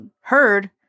heard